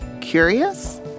Curious